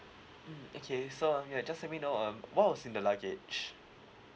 mm okay so um yeah just let me know um what was in the luggage